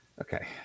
Okay